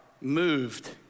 moved